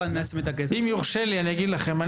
אם יורשה לי, אני אגיד לכם.